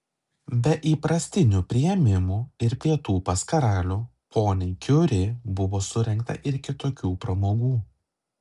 be įprastinių priėmimų ir pietų pas karalių poniai kiuri buvo surengta ir kitokių pramogų